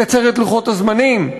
לקצר את לוחות הזמנים,